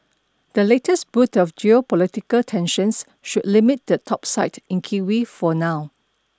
the latest bout of geopolitical tensions should limit the topside in kiwi for now